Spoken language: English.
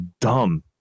dumb